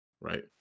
right